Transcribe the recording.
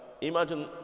imagine